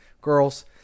girls